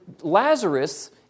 Lazarus